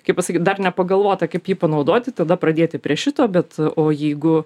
kaip pasakyt dar nepagalvota kaip jį panaudoti tada pradėti prie šito bet o jeigu